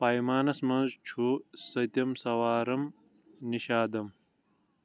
پیمانَس منٛز چھُ سٔتِم سوارم نشادم